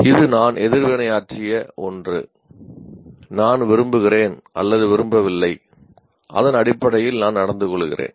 இது நான் எதிர்வினையாற்றிய ஒன்று நான் விரும்புகிறேன் அல்லது விரும்பவில்லை அதன் அடிப்படையில் நான் நடந்துகொள்கிறேன்